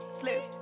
slip